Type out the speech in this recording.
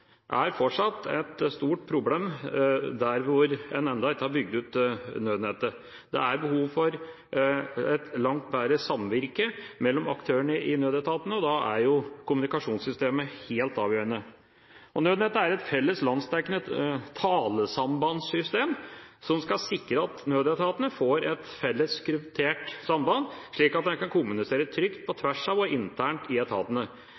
er fortsatt et stort problem der hvor man ennå ikke har bygd ut nødnettet. Det er behov for et langt bedre samvirke mellom aktørene i nødetatene, og da er kommunikasjonssystemer helt avgjørende. Nødnettet er et felles landsdekkende talesambandsystem som skal sikre at nødetatene får et felles kryptert samband, slik at man kan kommunisere trygt på tvers av og internt i etatene.